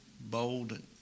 bold